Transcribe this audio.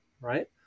right